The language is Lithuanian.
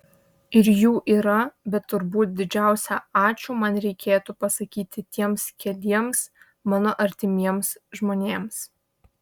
ir jų yra bet turbūt didžiausią ačiū man reikėtų pasakyti tiems keliems mano artimiems žmonėms